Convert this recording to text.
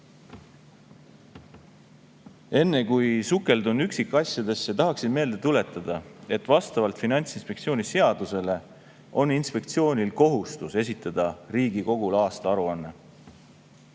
Enne kui sukeldun üksikasjadesse, tahaksin meelde tuletada, et vastavalt Finantsinspektsiooni seadusele on inspektsioonil kohustus esitada Riigikogule aastaaruanne.